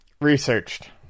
researched